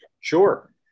sure